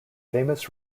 famous